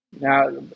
now